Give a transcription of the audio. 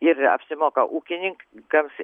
ir apsimoka ūkininkams